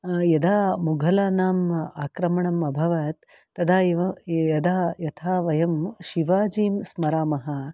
यदा मुघलानाम् आक्रमणम् अभवत् तदा एव यदा यथा वयं शिवाजीं स्मरामः